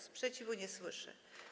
Sprzeciwu nie słyszę.